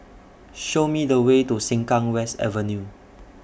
Show Me The Way to Sengkang West Avenue